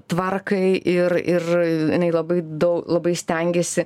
tvarkai ir ir jinai labai daug labai stengiasi